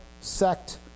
sect